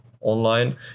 online